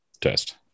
test